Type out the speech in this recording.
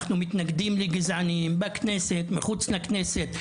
אנחנו מתנגדים לגזעניים בכנסת מחוץ לכנסת,